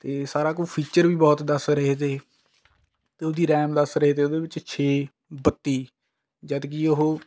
ਅਤੇ ਸਾਰਾ ਕੁਛ ਫਿਚਰ ਵੀ ਬਹੁਤ ਦੱਸ ਰਹੇ ਤੇ ਉਹਦੀ ਰੈਮ ਦੱਸ ਰਹੇ ਤੇ ਉਹਦੇ ਵਿੱਚ ਛੇ ਬੱਤੀ ਜਦ ਕਿ ਉਹ